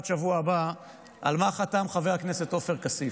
השבוע הבא על מה חתם חבר הכנסת עופר כסיף.